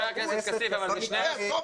חבר הכנסת כסיף --- חבר הכנסת כסיף,